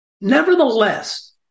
nevertheless